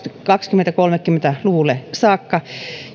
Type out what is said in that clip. kaksituhattakolmekymmentä luvulle saakka